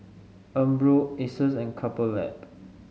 Umbro Asus and Couple Lab